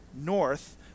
north